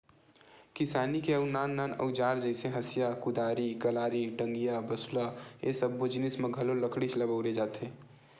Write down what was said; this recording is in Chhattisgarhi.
किसानी के अउ नान नान अउजार जइसे हँसिया, कुदारी, कलारी, टंगिया, बसूला ए सब्बो जिनिस म घलो लकड़ीच ल बउरे जाथे